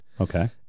Okay